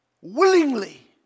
willingly